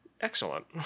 Excellent